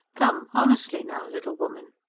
come, honestly now, little woman!